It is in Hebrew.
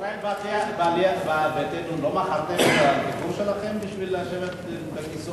בישראל ביתנו לא מכרתם את הסיפור שלכם בשביל לשבת בכיסאות,